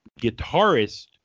guitarist